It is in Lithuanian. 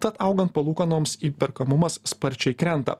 tad augant palūkanoms įperkamumas sparčiai krenta